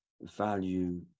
value